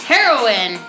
Heroin